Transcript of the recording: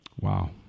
Wow